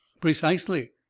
Precisely